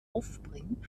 aufbringen